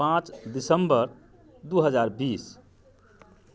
पाँच दिसम्बर दू हजार बीस